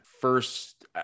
first